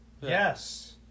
yes